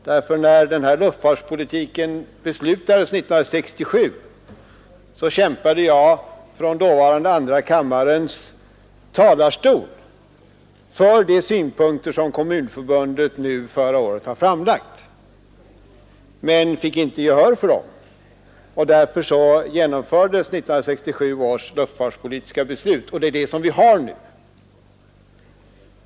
När den nuvarande luftfartspolitiken beslutades år 1967, kämpade jag från dåvarande andra kammarens talarstol för de synpunkter som Kommunförbundet förra året framlade utan att få gehör för dem. Därför genomfördes 1967 års luftfartspolitiska beslut.